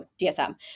DSM